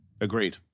agreed